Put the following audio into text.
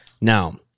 Now